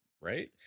right